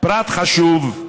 פרט חשוב: